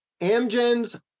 Amgen's